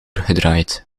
gedraaid